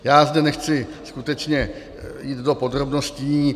Já zde nechci skutečně jít do podrobností.